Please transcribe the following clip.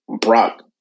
Brock